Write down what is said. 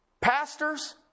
pastors